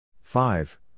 Five